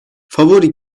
favori